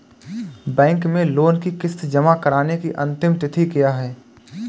Bank में loan की किश्त जमा कराने की अंतिम तिथि क्या है?